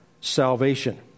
salvation